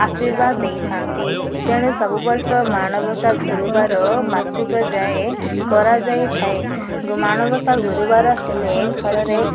ଆଶୀର୍ବାଦ ଦେଇଥାନ୍ତି ତେଣୁ ସବୁ ବର୍ଷ ମାଣବସା ଗୁରୁବାର ମାସିକ ଯାଏ କରାଯାଇ ଥାଏ ମାଣବସା ଗୁରୁବାର ହେଲେ ଘରରେ